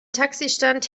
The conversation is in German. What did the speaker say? taxistand